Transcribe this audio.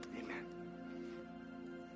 Amen